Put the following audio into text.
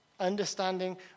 understanding